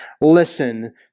Listen